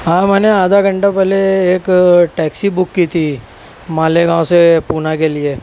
ہاں میں نے آدھا گھنٹہ پہلے ایک ٹیکسی بک کی تھی مالیگاؤں سے پونا کے لیے